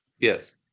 Yes